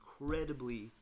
incredibly